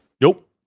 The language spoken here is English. nope